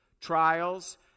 trials